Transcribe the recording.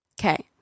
okay